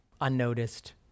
unnoticed